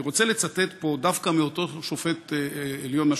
אני רוצה לצטט פה דווקא מאותו שופט עליון,